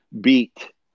beat